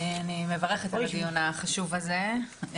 אני מברכת על הדיון החשוב הזה.